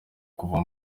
kuva